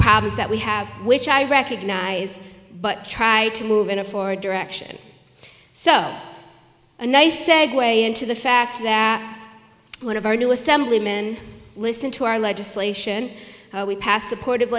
problems that we have which i recognize but try to move in a forward direction so a nice segue into the fact that one of our new assemblyman listen to our legislation we passed supportive